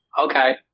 Okay